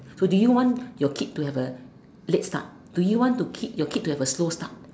so do you want your kid to have a late start do you want to kid your kid to have a slow start